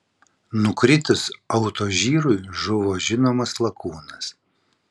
nukritus autožyrui žuvo žinomas lakūnas